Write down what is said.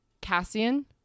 Cassian